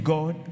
God